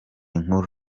nkuru